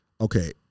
Okay